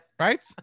Right